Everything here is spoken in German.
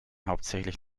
hauptsächlich